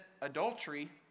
adultery